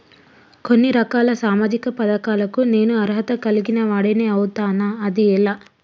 కొన్ని రకాల సామాజిక పథకాలకు నేను అర్హత కలిగిన వాడిని అవుతానా? అది ఎలా?